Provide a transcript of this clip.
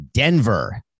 Denver